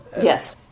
Yes